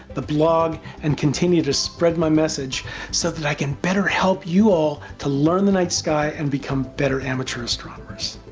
the blog, and to continue to spread my message so that i can better help you all to learn the night sky and become better amateur astronomers.